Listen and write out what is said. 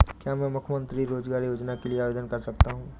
क्या मैं मुख्यमंत्री रोज़गार योजना के लिए आवेदन कर सकता हूँ?